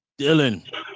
Dylan